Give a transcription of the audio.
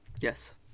Yes